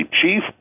chief